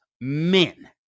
men